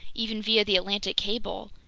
even via the atlantic cable!